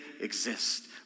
exist